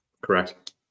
Correct